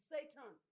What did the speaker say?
Satan